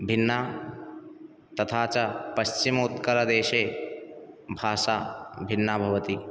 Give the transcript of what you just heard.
भिन्ना तथा च पश्चिम उत्कलदेशे भासा भिन्ना भवति